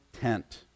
tent